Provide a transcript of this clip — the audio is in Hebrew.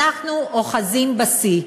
אנחנו אוחזים בשיא.